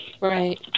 Right